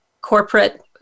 corporate